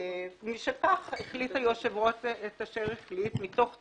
משכך החליט היושב-ראש את אשר החליט מתוך תקווה,